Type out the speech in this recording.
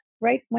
right